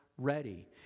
ready